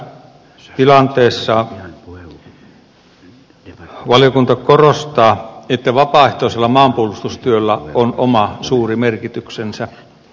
tässä tilanteessa valiokunta korostaa että vapaaehtoisella maanpuolustustyöllä on oma suuri merkityksensä